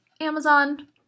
Amazon